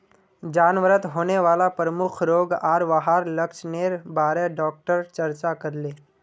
जानवरत होने वाला प्रमुख रोग आर वहार लक्षनेर बारे डॉक्टर चर्चा करले